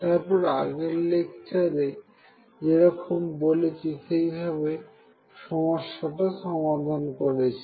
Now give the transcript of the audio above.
তারপর আগের লেকচারে যেরকম বলেছি সেই ভাবে সমস্যাটা সমাধান করেছি